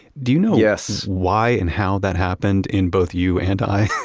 do you know, yes, why and how that happened in both you and i?